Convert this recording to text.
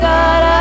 God